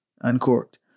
Uncorked